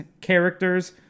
characters